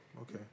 Okay